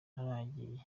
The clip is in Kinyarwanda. naragiye